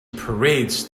parades